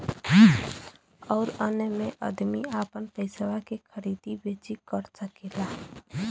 अउर अन्य मे अदमी आपन पइसवा के खरीदी बेची कर सकेला